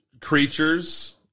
creatures